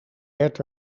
werd